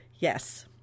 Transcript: Yes